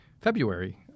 February